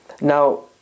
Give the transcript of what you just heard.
Now